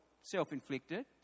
self-inflicted